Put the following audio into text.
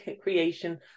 creation